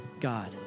God